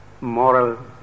moral